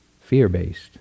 fear-based